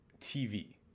TV